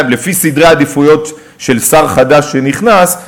לפי סדרי עדיפויות של שר חדש שנכנס,